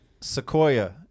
sequoia